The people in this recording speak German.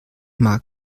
mag